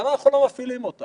למה אנחנו לא מפעילים אותם?